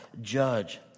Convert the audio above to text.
judge